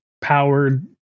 powered